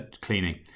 cleaning